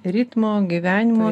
ritmo gyvenimo